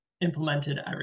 implemented